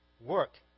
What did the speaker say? work